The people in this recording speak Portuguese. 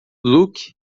luke